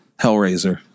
Hellraiser